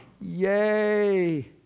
yay